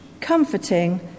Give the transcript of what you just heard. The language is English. comforting